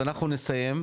אז אנחנו נסיים,